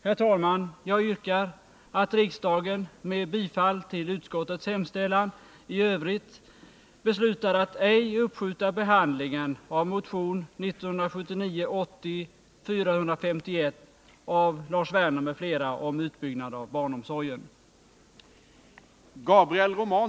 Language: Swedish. Herr talman! Jag yrkar att riksdagen med bifall till utskottets hemställan i övrigt beslutar att ej uppskjuta behandlingen av motion 1979/80:451 av Lars Werner m.fl. om utbyggnad av barnomsorgen.